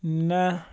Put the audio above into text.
نہ